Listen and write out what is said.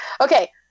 Okay